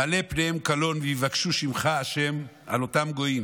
מלא פניהם קלון ויבקשו שמך ה'" על אותם גויים